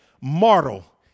mortal